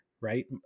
right